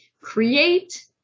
Create